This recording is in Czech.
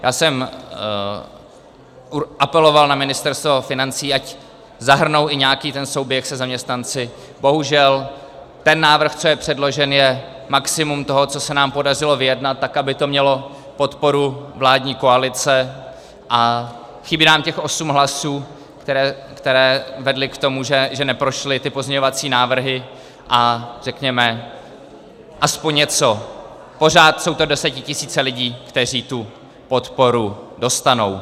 Já jsem apeloval na Ministerstvo financí, ať zahrnou i nějaký ten souběh se zaměstnanci, bohužel ten návrh, co je předložen, je maximum toho, co se nám podařilo vyjednat tak, aby to mělo podporu vládní koalice, a chybí nám těch osm hlasů, které vedly k tomu, že neprošly pozměňovací návrhy, a řekněme, aspoň něco, pořád jsou to desetitisíce lidí, kteří tu podporu dostanou.